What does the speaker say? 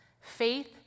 faith